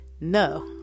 no